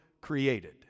created